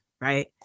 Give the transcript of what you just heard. Right